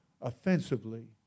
offensively